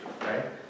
right